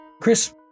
Chris